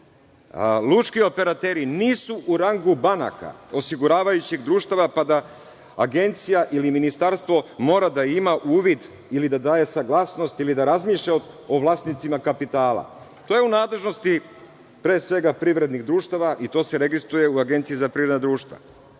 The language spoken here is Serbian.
Lučki operateri nisu u rangu banaka, osiguravajućih društava, pa da agencija ili ministarstvo mora da ima uvid ili da daje saglasnost ili da razmišlja o vlasnicima kapitala. To je u nadležnosti, pre svega, privrednih društava i to se registruje u Agenciji za privredna društva. Peti